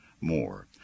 More